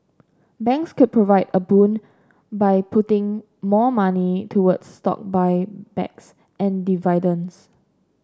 banks could provide a boon by putting more money toward stock buybacks and dividends